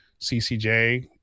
CCJ